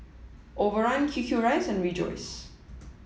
overrun QQ Rice and Rejoice